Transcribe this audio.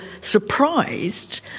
surprised